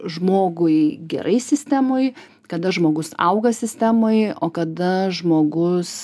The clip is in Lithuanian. žmogui gerai sistemoj kada žmogus auga sistemoj o kada žmogus